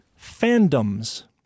fandoms